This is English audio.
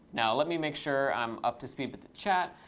now, let me make sure i'm up to speed with chat.